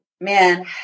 Man